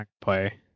play